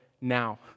now